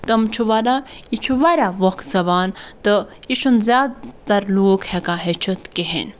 تِم چھِ وَنان یہِ چھُ واریاہ ووکھٕ زَبان تہٕ یہِ چھُنہٕ زیادٕ تَر لوٗکھ ہٮ۪کان ہیٚچھِتھ کِہیٖنۍ